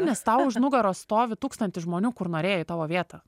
nes tau už nugaros stovi tūkstantis žmonių kur norėjo į tavo vietą